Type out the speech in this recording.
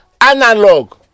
analog